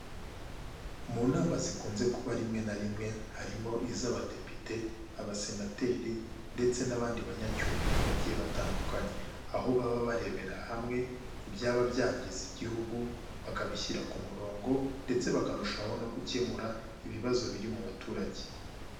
Mu nama zikunze kuba rimwe na rimwe, harimo iz'abadepite, abasenateri ndetse n'abandi banyacyubahiro bagiye batandukanye, aho baba barebera hamwe ibyaba byangiza igihugu, bakabishyira ku murongo ndetse bakarushaho no gukemura ibibazo biri mu baturage.